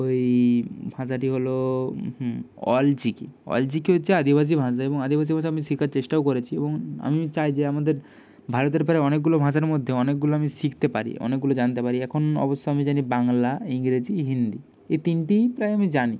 ওই ভাষাটি হলো অলচিকি অলচিকি হচ্ছে আদিবাসী ভাষা এবং আদিবাসী ভাষা আমি শেখার চেষ্টাও করেছি এবং আমি চাই যে আমাদের ভারতের প্রায় অনেকগুলো ভাষার মধ্যে অনেকগুলো আমি শিখতে পারি অনেকগুলো জানতে পারি এখন অবশ্য আমি জানি বাংলা ইংরেজি হিন্দি এই তিনটেই প্রায় আমি জানি